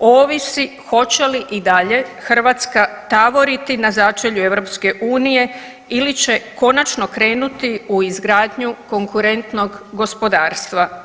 ovisi hoće li i dalje Hrvatska tavoriti na začelju EU ili će konačno krenuti u izgradnju konkurentnog gospodarstva.